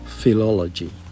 Philology